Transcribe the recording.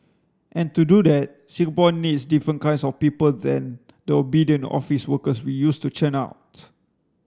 and to do that Singapore needs different kinds of people than the obedient office workers we used to churn out